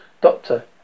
Doctor